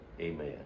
Amen